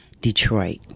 Detroit